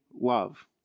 love